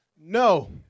No